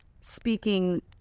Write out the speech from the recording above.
speaking